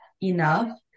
enough